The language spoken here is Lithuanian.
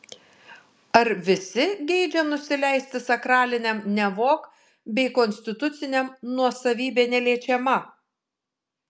ar visi geidžia nusileisti sakraliniam nevok bei konstituciniam nuosavybė neliečiama